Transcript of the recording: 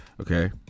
Okay